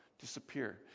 disappear